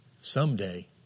someday